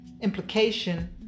implication